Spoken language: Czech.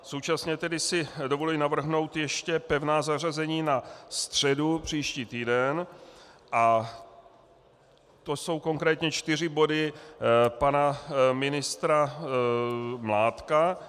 Současně si tedy dovoluji navrhnout ještě pevná zařazení na středu, příští týden, a to jsou konkrétně čtyři body pana ministra Mládka.